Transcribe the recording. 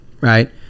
right